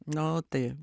nu tai